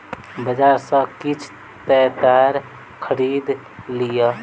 बजार सॅ किछ तेतैर खरीद लिअ